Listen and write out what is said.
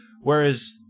whereas